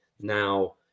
now